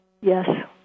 Yes